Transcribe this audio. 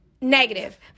Negative